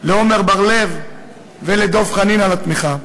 לעמר בר-לב ולדב חנין, על התמיכה,